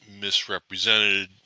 misrepresented